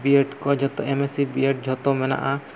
ᱵᱤᱭᱮᱰ ᱠᱚ ᱡᱚᱛᱚ M Sc B Ed ᱡᱚᱛᱚ ᱢᱮᱱᱟᱜᱼᱟ